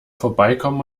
vorbeikommen